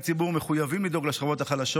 ציבור מחויבים לדאוג לשכבות החלשות.